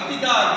אל תדאג.